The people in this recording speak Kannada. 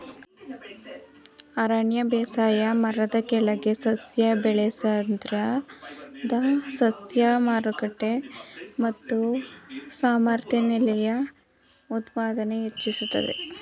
ಅರಣ್ಯ ಬೇಸಾಯ ಮರದ ಕೆಳಗೆ ಸಸ್ಯ ಬೆಳೆಯೋದ್ರಿಂದ ಸಸ್ಯ ಮಾರುಕಟ್ಟೆ ಮತ್ತು ಸಮರ್ಥನೀಯ ಉತ್ಪಾದನೆ ಹೆಚ್ಚಿಸ್ತದೆ